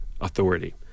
Authority